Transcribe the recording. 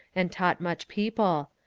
and taught much people.